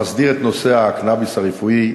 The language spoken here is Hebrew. המסדירה את נושא הקנאביס הרפואי,